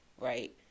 right